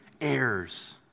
heirs